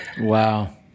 Wow